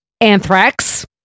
Anthrax